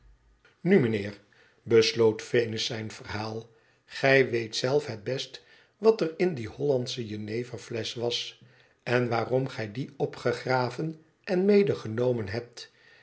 nu mijnheer besloot venus zijn verhaal gij weet zelf het best wat er in die hollandsche jeneverflesch was en waarom gij die opgegraven en medegenomen hebt